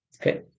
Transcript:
Okay